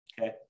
okay